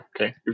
Okay